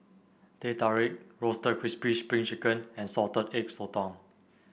Teh Tarik Roasted Crispy Spring Chicken and Salted Egg Sotong